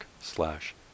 slash